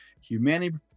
Humanity